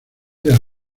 del